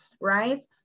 right